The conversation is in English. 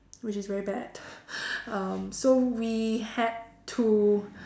which is very bad um so we had to